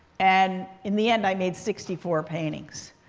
and in the end, i made sixty four paintings.